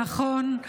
נכון,